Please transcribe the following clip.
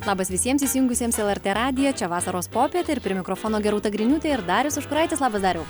labas visiems įsijungusiems lrt radiją čia vasaros popietė ir prie mikrofono rūta griniūtė ir darius užkuraitis labas dariau